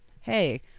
hey